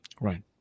Right